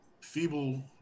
feeble